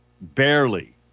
barely